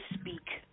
speak